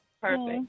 Perfect